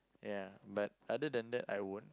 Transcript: ya but other than that I won't